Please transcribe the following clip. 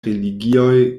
religioj